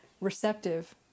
receptive